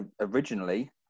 Originally